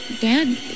dad